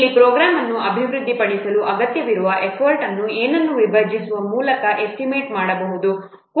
ಇಲ್ಲಿ ಪ್ರೋಗ್ರಾಂ ಅನ್ನು ಅಭಿವೃದ್ಧಿಪಡಿಸಲು ಅಗತ್ಯವಿರುವ ಎಫರ್ಟ್ ಅನ್ನು ಏನನ್ನು ವಿಭಜಿಸುವ ಮೂಲಕ ಎಸ್ಟಿಮೇಟ್ ಮಾಡಬಹುದು